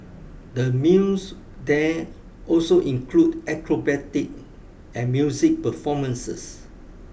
the meals there also include acrobatic and music performances